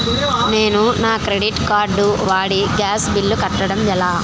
నేను నా credit card వాడి గ్యాస్ బిల్లు కట్టడం ఎలా?